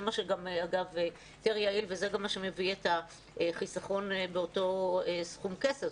זה גם מה שמביא את החיסכון באותו סכום כסף.